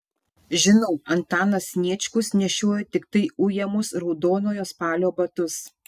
žinau antanas sniečkus nešiojo tiktai ujamus raudonojo spalio batus